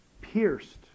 pierced